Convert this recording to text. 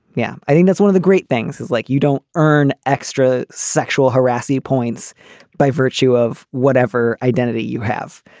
yeah, i think that's one of the great things is like you don't earn extra sexual harasser points by virtue of whatever identity you have.